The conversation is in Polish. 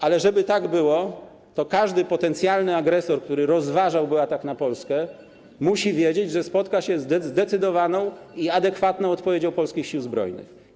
Ale żeby tak było, to każdy potencjalny agresor, który rozważałby atak na Polskę, musi wiedzieć, że spotka się ze zdecydowaną i adekwatną odpowiedzią polskich Sił Zbrojnych.